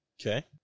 Okay